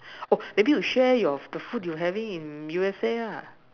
oh maybe you share your the food you having in U_S_A ah